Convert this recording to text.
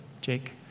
Jake